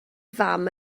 fam